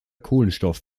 kohlenstoff